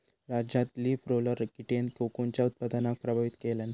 राज्यात leaf roller कीटेन कोकूनच्या उत्पादनाक प्रभावित केल्यान